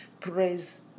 praise